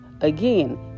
Again